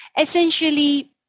essentially